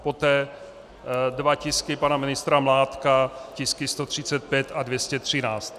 Poté dva tisky pana ministra Mládka, tisky 135 a 213.